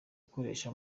gukoresha